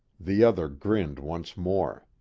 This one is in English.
the other grinned once more.